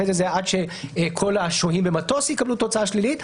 לאחר מכן זה היה עד שכל השוהים במטוס יקבלו תוצאה שלילית.